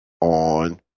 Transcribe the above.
on